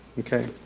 okay,